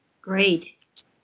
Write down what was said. Great